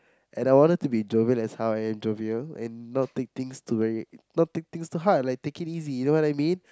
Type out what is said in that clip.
and I wanted to be jovial as how I am jovial and not take things too very not take things too hard like take it easy you know what I mean